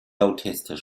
noticed